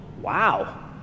wow